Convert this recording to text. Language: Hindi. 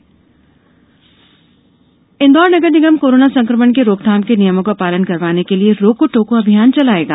रोको टोको अभियान इंदौर नगर निगम कोरोना संक्रमण रोकथाम के नियमों का पालन करवाने के लिए रोको टोको अभियान चलाएगा